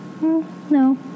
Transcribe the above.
No